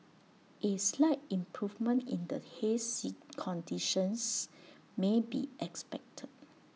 A slight improvement in the haze conditions may be expected